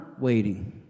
waiting